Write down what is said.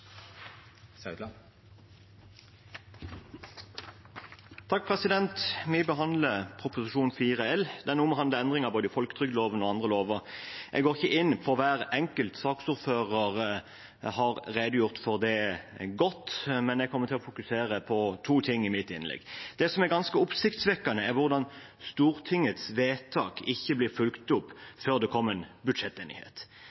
Vi behandler Prop. 4 L for 2021–2022. Den omhandler endringer i både folketrygdloven og andre lover. Jeg går ikke inn på hver enkelt – saksordføreren har redegjort godt for dette. Jeg kommer til å fokusere på to ting i mitt innlegg. Det er ganske oppsiktsvekkende hvordan Stortingets vedtak ikke blir fulgt